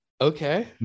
Okay